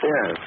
Yes